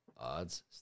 Odds